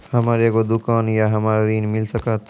हमर एगो दुकान या हमरा ऋण मिल सकत?